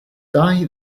die